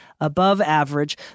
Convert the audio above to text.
above-average